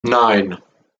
nine